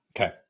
Okay